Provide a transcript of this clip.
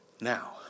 Now